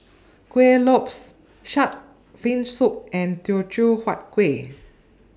Kueh Lopes Shark's Fin Soup and Teochew Huat Kuih